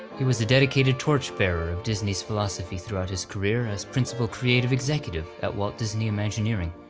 he was a dedicated torchbearer of disney's philosophy throughout his career as principal creative executive at walt disney imagineering,